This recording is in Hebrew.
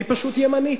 היא פשוט ימנית,